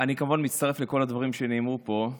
אני כמובן מצטרף לכל הדברים שנאמרו פה,